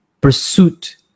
pursuit